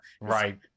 Right